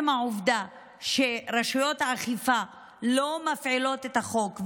העובדה שרשויות האכיפה לא מפעילות את החוק,